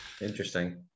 Interesting